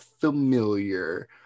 familiar